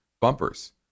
bumpers